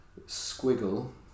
squiggle